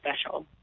special